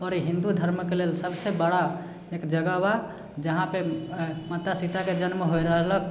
आओर हिन्दू धर्मके लेल सबसँ बड़ा एक जगह बा जहाँपर माता सीताके जन्म होइल रहलक